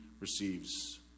receives